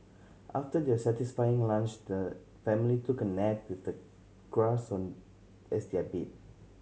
after their satisfying lunch the family took a nap with the grass on as their bed